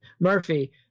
Murphy